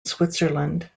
switzerland